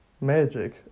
magic